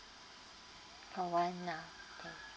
call one